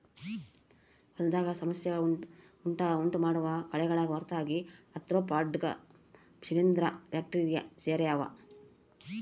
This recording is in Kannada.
ಹೊಲದಾಗ ಸಮಸ್ಯೆ ಉಂಟುಮಾಡೋ ಕಳೆಗಳ ಹೊರತಾಗಿ ಆರ್ತ್ರೋಪಾಡ್ಗ ಶಿಲೀಂಧ್ರ ಬ್ಯಾಕ್ಟೀರಿ ಸೇರ್ಯಾವ